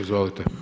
Izvolite.